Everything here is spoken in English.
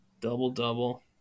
Double-double